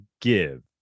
give